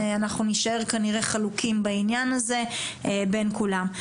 אנחנו נשאר כנראה חלוקים בעניין הזה בין כולם.